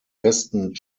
besten